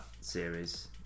series